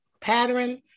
pattern